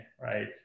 right